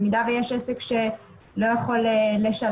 במידה שיש עסק שלא יכול לשלם,